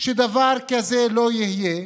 שדבר כזה לא יהיה,